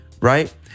right